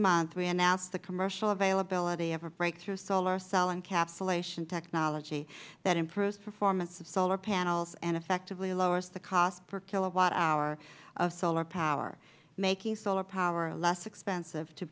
month we announced the commercial availability of a breakthrough solar cell encapsulation technology that improves performance of solar panels and effectively lowers the cost for a kilowatt hour of solar power making solar power less expensive to